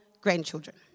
grandchildren